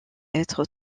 être